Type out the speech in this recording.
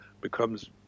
becomes